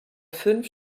fünf